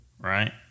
Right